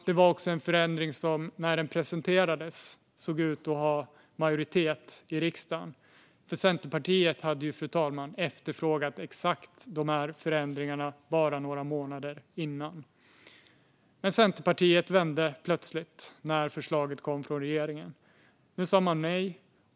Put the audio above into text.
Det var också en förändring som när den presenterades såg ut att ha majoritet i riksdagen, eftersom Centerpartiet hade efterfrågat exakt dessa förändringar bara några månader tidigare. Men Centerpartiet vände plötsligt när förslaget kom från regeringen. Nu sa man nej.